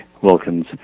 Wilkins